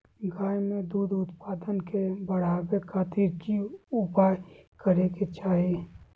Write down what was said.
गाय में दूध उत्पादन के बढ़ावे खातिर की उपाय करें कि चाही?